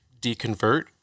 deconvert